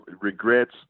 regrets